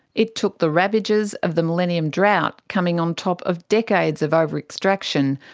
it took the ravages of the millennium drought, coming on top of decades of over-extraction,